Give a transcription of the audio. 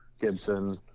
Gibson